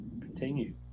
Continue